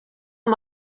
amb